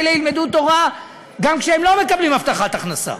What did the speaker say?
אלה ילמדו תורה גם כשהם לא מקבלים הבטחת הכנסה.